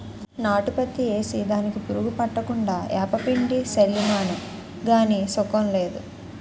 నాటు పత్తి ఏసి దానికి పురుగు పట్టకుండా ఏపపిండి సళ్ళినాను గాని సుకం లేదు